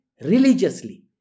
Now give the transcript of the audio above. religiously